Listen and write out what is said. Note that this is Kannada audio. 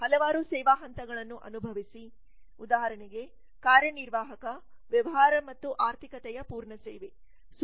ಹಲವಾರು ಸೇವಾ ಹಂತಗಳನ್ನು ಅನುಭವಿಸಿ ಉದಾಹರಣೆಗೆ ಕಾರ್ಯನಿರ್ವಾಹಕ ವ್ಯವಹಾರ ಮತ್ತು ಆರ್ಥಿಕತೆಯ ಪೂರ್ಣ ಸೇವೆ